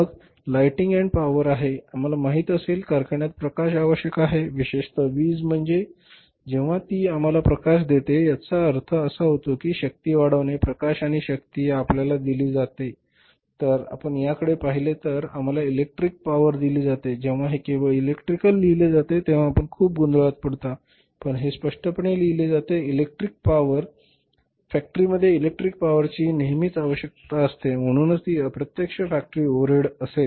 मग प्रकाश आणि शक्ती आहे आम्हाला माहित असलेल्या कारखान्यात प्रकाश आवश्यक आहे विशेषतः वीज म्हणजे जेव्हा ती आम्हाला प्रकाश देते तेव्हा याचा अर्थ असा होतो की शक्ती वाढवणे प्रकाश आणि शक्ती आपल्याला दिली तर आपण याकडे पाहिले तर आम्हाला इलेक्ट्रिक पॉवर दिली जाते जेव्हा हे केवळ इलेक्ट्रिकल लिहिले जाते तेव्हा आपण खूप गोंधळात पडता पण हे स्पष्टपणे लिहिले जाते इलेक्ट्रिक पॉवर फॅक्टरीमध्ये इलेक्ट्रिक पॉवरची नेहमीच आवश्यकता असते म्हणून ती अप्रत्यक्ष फॅक्टरी ओव्हरहेड असेल